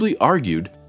argued